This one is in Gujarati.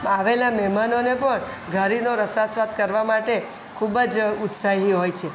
આવેલા મહેમાનોને પણ ઘારીનો રસાસ્વાદ કરાવવા માટે ખૂબ જ ઉત્સાહી હોય છે